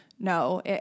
No